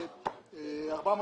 פנייה 426,